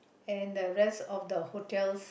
and the rest of the hotel